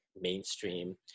mainstream